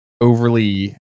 overly